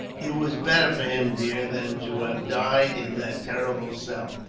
it was better for him, dear, than to have died in that terrible cell.